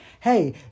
Hey